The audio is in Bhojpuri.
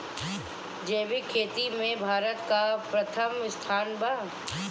जैविक खेती में भारत का प्रथम स्थान बा